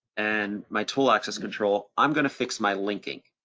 and my tool axis control, i'm gonna fix my linking,